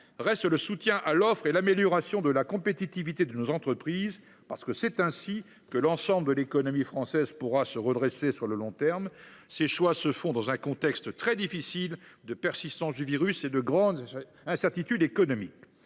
reste le soutien à l’offre et l’amélioration de la compétitivité de nos entreprises, parce que c’est ainsi que l’ensemble de l’économie française pourra se redresser sur le long terme. Ces choix se font dans un contexte très difficile de persistance du virus et de grandes incertitudes économiques.